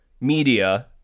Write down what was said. media